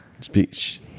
speech